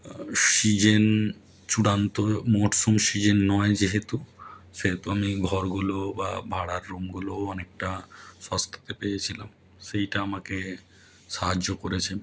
season চূড়ান্ত মরশুম season নয় যেহেতু সেহেতু আমি ঘরগুলো বা ভাড়ার রুমগুলোও অনেকটা সস্তাতে পেয়েছিলাম সেইটা আমাকে সাহায্য করেছে